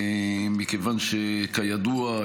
מכיוון שכידוע,